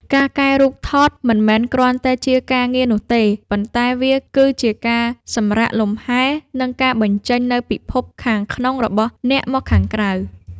ការកែរូបថតមិនមែនគ្រាន់តែជាការងារនោះទេ ប៉ុន្តែវាគឺជាការសម្រាកលំហែ និងការបញ្ចេញនូវពិភពខាងក្នុងរបស់អ្នកមកខាងក្រៅ។